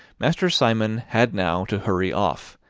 master simon had now to hurry off,